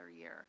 year